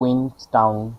queenstown